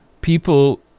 people